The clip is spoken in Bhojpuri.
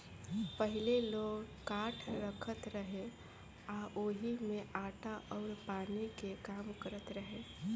पहिले लोग काठ रखत रहे आ ओही में आटा अउर पानी के काम करत रहे